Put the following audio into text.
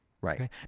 Right